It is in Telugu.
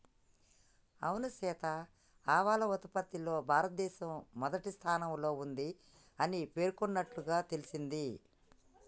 అవును సీత ఆవాల ఉత్పత్తిలో భారతదేశం మొదటి స్థానంలో ఉంది అని పేర్కొన్నట్లుగా తెలింది